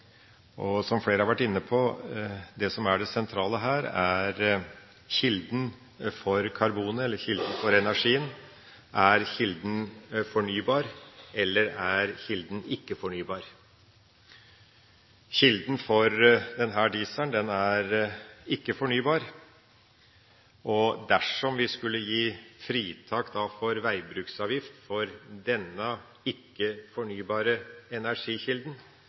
Danmark. Som flere har vært inne på: Det som er det sentrale her, er kilden for karbonet eller kilden for energien. Er kilden fornybar, eller er kilden ikke-fornybar? Kilden for denne dieselen er ikke-fornybar. Dersom vi skulle gi fritak fra veibruksavgift for denne ikke-fornybare energikilden,